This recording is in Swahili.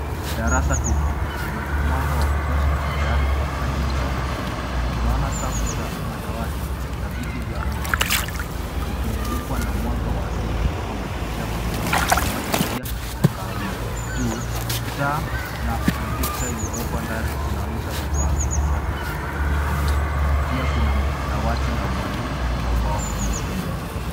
Darasa tupu lenye mwanga wa kutosha tayari kwa ajili ya wanafunzi. Tunaona safu za madawati na viti vya mtu binafsi vikimulikwa na mwanga wa asili kutoka madirisha makubwa yenye pazia ya kahawia. Juu, taa na projekta iliyowekwa dari zinaonyesha vifaa vya kisasa vya kufundisha. Pia kuna dawati la mwalimu na ubao mweupe mbele.